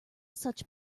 such